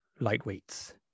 lightweights